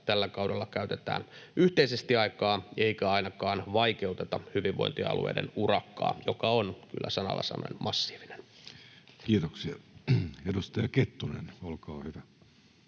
tällä kaudella yhteisesti aikaa eikä ainakaan vaikeuteta hyvinvointialueiden urakkaa, joka on kyllä sanalla sanoen massiivinen. [Speech 354] Speaker: Jussi Halla-aho